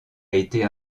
été